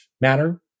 matter